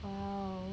!wow!